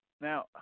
Now